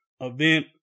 event